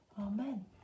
Amen